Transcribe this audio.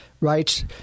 rights